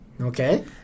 Okay